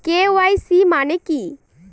KYC মানে কি?